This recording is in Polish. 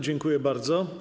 Dziękuję bardzo.